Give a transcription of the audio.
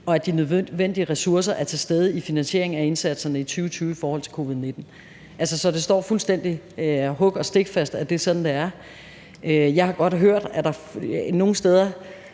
og at de nødvendige ressourcer er til stede i finansieringen af indsatserne i 2020 i forhold til covid-19. Så det står fuldstændig hug- og nagelfast, at det er sådan, det er. Jeg har godt hørt, at der nogle steder